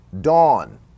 dawn